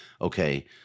okay